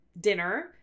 dinner